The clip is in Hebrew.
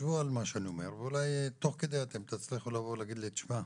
תחשבו על מה שאני אומר ואולי תוך כדי אתם תצליחו להגיד לי: תשמע,